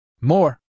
More